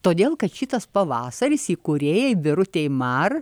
todėl kad šitas pavasaris įkūrėjai birutei mar